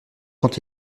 quand